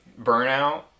burnout